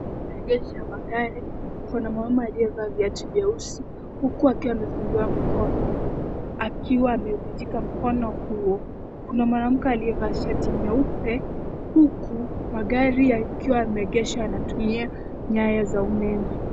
Maegesho ya magari. Kuna mwanamume aliyevaa viatu vieusi huku akiwa amefungiwa mkono akiwa amevunjika mkono huo. Kuna mwanamke aliyevaa shati nyeupe huku magari yakiwa yamegeshwa yanayotumia nyaya za umeme.